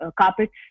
carpets